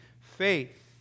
Faith